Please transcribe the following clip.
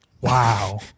Wow